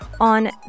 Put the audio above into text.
on